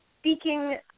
speaking